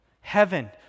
Heaven